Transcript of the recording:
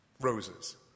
roses